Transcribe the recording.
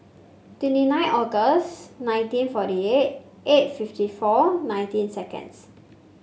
twenty nine August nineteen forty eight eight fifty four nineteen seconds